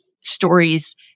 stories